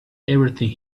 everything